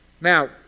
Now